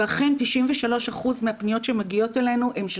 ואכן 93% מהפניות שמגיעות אלינו הן של